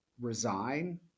resign